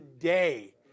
today